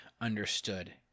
understood